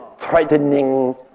threatening